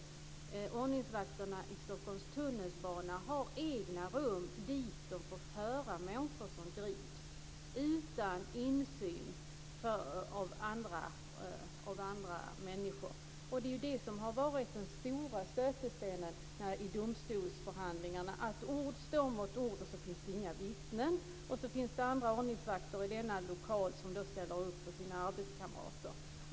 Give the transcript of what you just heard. Ordningsvakterna i Stockholms tunnelbana har t.ex. egna rum dit de får föra människor som grips utan insyn av andra människor. Det är det som har varit den stora stötestenen i domstolsförhandlingarna: ord står mot ord, och det finns inga vittnen. Det kan också finnas andra ordningsvakter som varit i samma lokal och ställer upp för sina arbetskamrater.